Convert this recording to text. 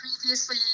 previously